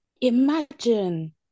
Imagine